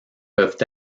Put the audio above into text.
peuvent